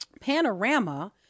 Panorama